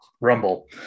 Rumble